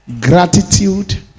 Gratitude